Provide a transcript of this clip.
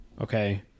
Okay